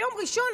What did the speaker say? יום ראשון,